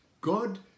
God